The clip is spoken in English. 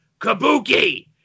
Kabuki